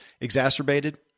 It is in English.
exacerbated